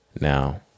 Now